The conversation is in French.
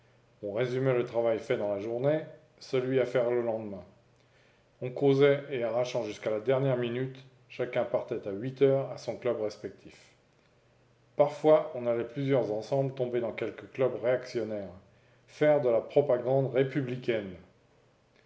on résumait le travail fait dans la journée celui à faire le lendemain on causait et arrachant jusqu'à la dernière minute chacun partait à huit heures à son club respectif parfois on allait plusieurs ensemble tomber dans quelque club réactionnaire faire de la propagande républicaine